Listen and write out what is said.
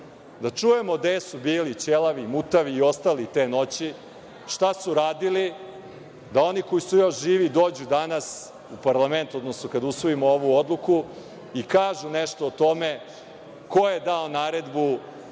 Da čujemo gde su bili Ćelavi, Mutavi i ostali te noći, šta su radili, da oni koji su još živi dođu danas u parlament, odnosno kad usvojimo ovu odluku, i kažu nešto o tome ko je dao naredbu